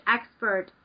expert